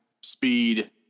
speed